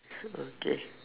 okay